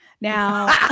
Now